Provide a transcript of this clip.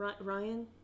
Ryan